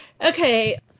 okay